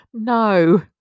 No